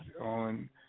on